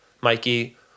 Mikey